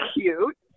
cute